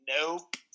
Nope